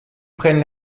prennent